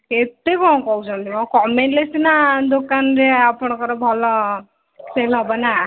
ଏତେ କ'ଣ କହୁଚନ୍ତି ମ କମେଇଲେ ସିନା ଦୋକାନରେ ଆପଣଙ୍କର ଭଲ ସେଲ୍ ହେବନା